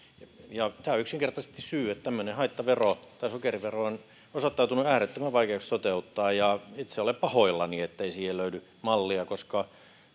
tämä on yksinkertaisesti syy että tämmöinen haittavero tai sokerivero on osoittautunut äärettömän vaikeaksi toteuttaa ja itse olen pahoillani ettei siihen löydy mallia koska